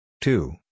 two